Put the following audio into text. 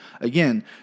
again